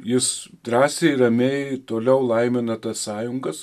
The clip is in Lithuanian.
jis drąsiai ramiai toliau laimina tas sąjungas